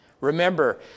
Remember